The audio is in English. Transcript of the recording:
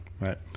Right